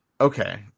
Okay